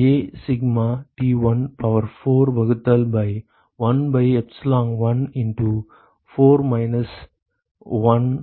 எனவே A sigma T1 power 4 வகுத்தல் by 1 by epsilon 1 into 4 minus 1